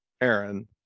Aaron